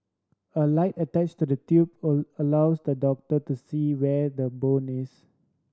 a light attached to the tube a allows the doctor to see where the bone is